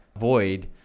void